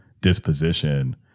disposition